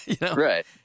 Right